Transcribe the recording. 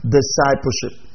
Discipleship